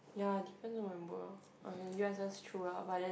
ya depends on my mood orh U_S_S true lah but then